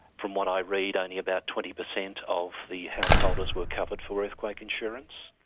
from what i read, only about twenty percent of the householders were covered for earthquake insurance,